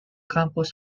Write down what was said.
campus